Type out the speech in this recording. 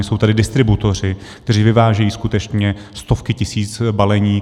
Jsou tady distributoři, kteří vyvážejí skutečně stovky tisíc balení.